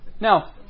now